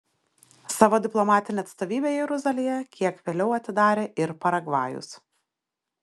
savo diplomatinę atstovybę jeruzalėje kiek vėliau atidarė ir paragvajus